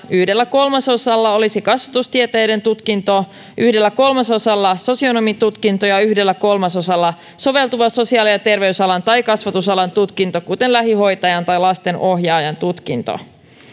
yhdellä kolmasosalla olisi kasvatustieteiden tutkinto yhdellä kolmasosalla sosionomitutkinto ja yhdellä kolmasosalla soveltuva sosiaali ja terveysalan tai kasvatusalan tutkinto kuten lähihoitajan tai lastenohjaajan tutkinto